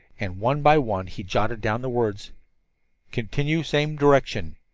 and one by one he jotted down the words continue same direction.